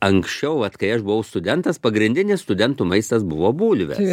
anksčiau vat kai aš buvau studentas pagrindinis studento maistas buvo bulvės